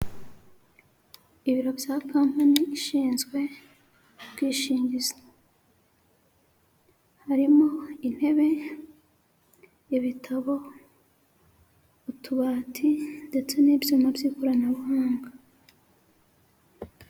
Ibiro bya kampani ishinzwe ubwishingizi. Harimo intebe, ibitabo, utubati ndetse n'ibyuma by'ikoranabuhanga.